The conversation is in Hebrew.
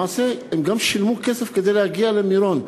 למעשה, הם גם שילמו כסף כדי להגיע למירון.